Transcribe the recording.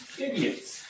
idiots